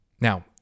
Now